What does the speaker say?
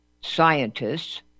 scientists